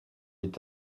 est